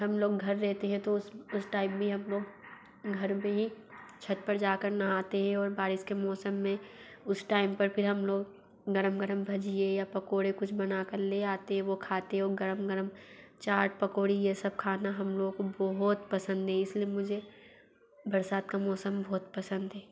हम लोग घर रहते हैं तो उस टाइम भी हम लोग घर में ही छत्त पर जा कर नहाते हैं और बारिश के मौसम में उस टाइम पर फिर हम लोग गर्म गर्म भजिए या पकौड़े कुछ बना कर ले आते हैं वो खाते और गर्म गर्म चाट पकौड़ी ये सब खाना हम लोगों को बहुत पसंद हे इस लिए मुझे बरसात का मौसम बहुत पसंद है